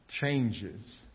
changes